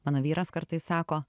mano vyras kartais sako